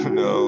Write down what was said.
no